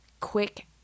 quick